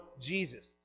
Jesus